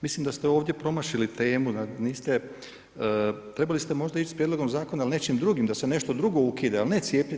Mislim da ste ovdje promašili temu, niste, trebali ste možda ići sa prijedlogom zakona ali nečim drugim, da se nešto drugo ukida, a ne cijepljenje.